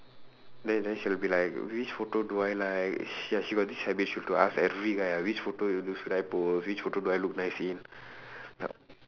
then then she will be like which photo do I like ya she got this habit she have to ask every guy uh which photo should I post which photo do I look nice in